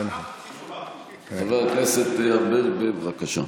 חבר הכנסת ארבל, בבקשה.